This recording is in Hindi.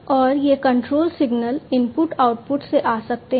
और ये कंट्रोल सिग्नल इनपुट आउटपुट से आ सकते हैं